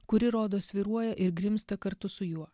kuri rodos svyruoja ir grimzta kartu su juo